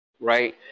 right